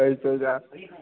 होई सकदा